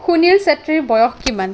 সুনীল চেত্ৰীৰ বয়স কিমান